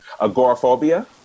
Agoraphobia